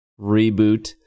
reboot